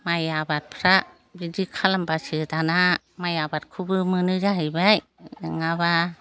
माइ आबादफ्रा बिदि खालामब्लासो दाना माइ आबादखौबो मोनो जाहैबाय नङाब्ला